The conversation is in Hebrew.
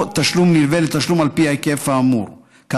או תשלום נלווה לתשלום על פי היקף כאמור,